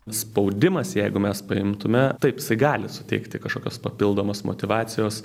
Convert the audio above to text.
spaudimas jeigu mes priimtume taip jisai gali suteikti kažkokios papildomos motyvacijos